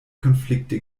konflikte